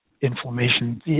inflammation